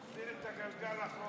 תחזיר את הגלגל אחורה.